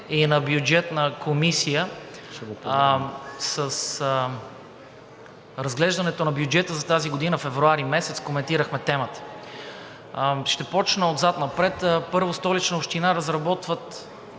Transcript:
и на Бюджетната комисия с разглеждането на бюджета за тази година февруари месец коментирахме темата. Ще започна отзад напред. Първо, Столична община разработват